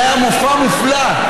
זה היה מופע מופלא,